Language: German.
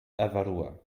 avarua